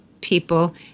people